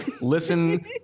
listen